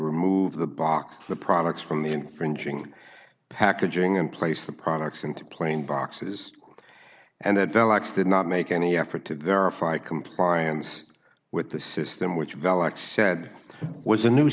remove the box the products from the infringing packaging and place the products into plain boxes and that the locks did not make any effort to verify compliance with the system which velux said was a new